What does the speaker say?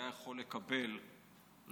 הוא היה יכול לקבל רישיון?